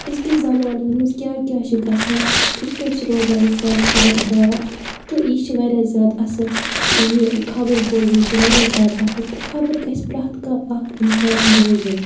أزۍ کِس زمانَس منٛز کیاہ کیاہ چھُ گژھان تِتھ پٲٹھۍ چھ روزان اِنسان خبردار تہٕ یہِ چھِ واریاہ زیادٕ اصٕل یہِ خبر بوزُن چھُ واریاہ زیادٕ اصٕل تہٕ خبَر گژھِ پرٮ۪تھ کانٛہہ اَکھ اِنسان بوزُن